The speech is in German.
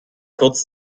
kurz